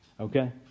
Okay